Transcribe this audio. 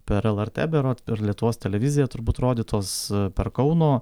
per lrt berot ir lietuvos televizija turbūt rodytos per kauno